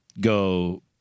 go